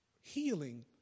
healing